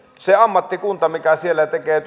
se ammattikunta mikä siellä tekee